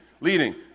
leading